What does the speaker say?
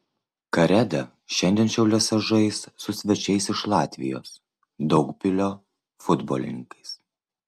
kareda šiandien šiauliuose žais su svečiais iš latvijos daugpilio futbolininkais